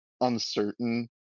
uncertain